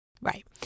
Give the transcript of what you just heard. Right